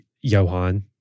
Johan